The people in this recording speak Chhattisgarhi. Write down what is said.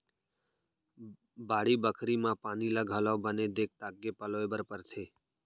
बाड़ी बखरी म पानी ल घलौ बने देख ताक के पलोय बर परथे